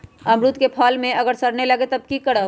अमरुद क फल म अगर सरने लगे तब की करब?